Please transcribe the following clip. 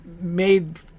made